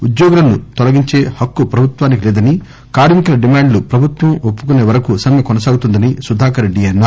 ఉద్యోగులను తొలగించే హక్కు ప్రభుత్వానికి లేదని కార్కికుల డిమాండ్లు ప్రభుత్వం ఒప్పుకునే వరకు సమ్మె కొనసాగుతుందని సుధాకర్ రెడ్డి అన్నారు